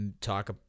talk